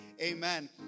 amen